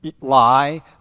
lie